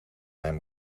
mijn